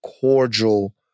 cordial